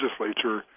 Legislature